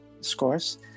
scores